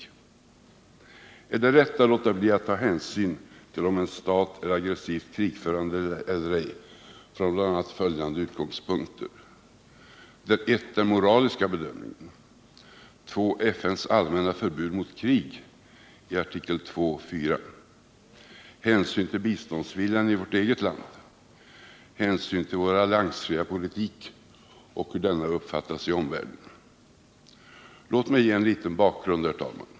Vi måste fråga oss om det är rätt att låta bli att ta hänsyn till om en stat är aggressivt krigförande eller ej från bl.a. följande utgångspunkter: 1. Den moraliska bedömningen. 3. Hänsyn till biståndsviljan i vårt eget land. 4. Hänsyn till vår alliansfria politik och hur denna uppfattas i omvärlden. Låt mig ge en liten bakgrund, herr talman!